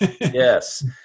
Yes